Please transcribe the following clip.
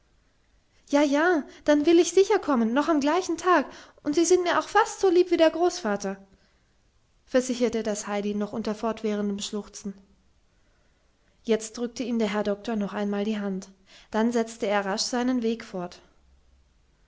ja ja dann will ich sicher kommen noch am gleichen tag und sie sind mir auch fast so lieb wie der großvater versicherte das heidi noch unter fortwährendem schluchzen jetzt drückte ihm der herr doktor noch einmal die hand dann setzte er rasch seinen weg fort